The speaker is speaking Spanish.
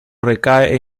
recae